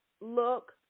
look